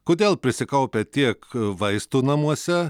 kodėl prisikaupę tiek vaistų namuose